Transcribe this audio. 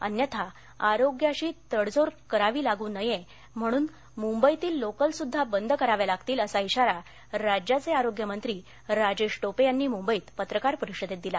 अन्यथा आरोग्याशी तडजोड करावी लागू नये म्हणून मुंबईतील लोकलसुद्धा बंद कराव्या लागतील असा इशारा राज्याचे आरोग्यमंत्री राजेश टोपे यांनी मुंबईत पत्रकार परिषदेत दिला